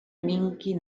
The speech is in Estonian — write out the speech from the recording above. mingi